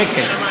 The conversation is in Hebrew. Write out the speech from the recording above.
ככה זה נראה.